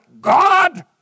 God